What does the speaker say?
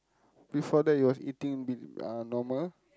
before that you was eating b~ uh normal